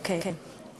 אוקיי,